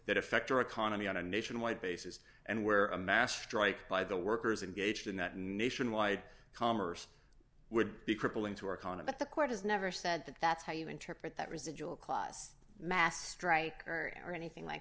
that affect our economy on a nationwide basis and wear a mask strike by the workers engaged in that nationwide commerce would be crippling to our economy the court has never said that that's how you interpret that residual clause mass strike or anything like